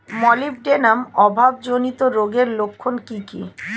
Molybdenum অভাবজনিত রোগের লক্ষণ কি কি?